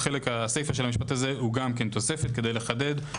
הסיפא של המשפט הזה הוא תוספת כדי להגביל